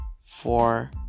four